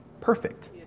perfect